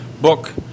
Book